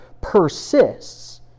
persists